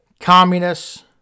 Communists